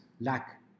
lack